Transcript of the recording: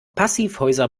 passivhäuser